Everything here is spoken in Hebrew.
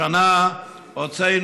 יפה,